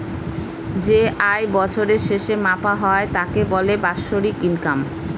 যে আয় বছরের শেষে মাপা হয় তাকে বলে বাৎসরিক ইনকাম